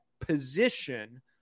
position